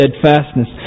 steadfastness